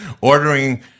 ordering